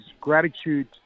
gratitude